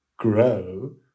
grow